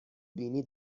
بینی